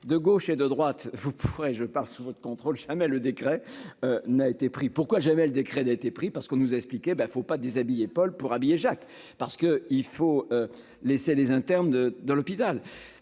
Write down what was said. de gauche et de droite, vous pourrez je parle sous votre contrôle, mais le décret n'a été pris, pourquoi jamais le décret d'a été pris, parce qu'on nous a expliqué ben, il ne faut pas déshabiller Paul pour habiller Jacques, parce que il faut laisser les internes dans l'hôpital,